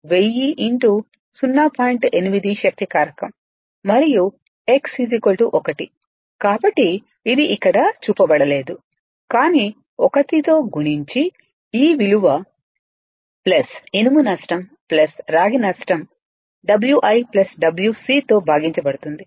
8 శక్తి కారకం మరియు x 1 కాబట్టి ఇది ఇక్కడ చూపబడలేదు కానీ 1 తో గుణించి ఈ విలువ ఇనుము నష్టం రాగి నష్టం Wi Wc తో భాగించబడుతుంది